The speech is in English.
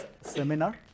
seminar